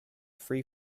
free